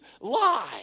lie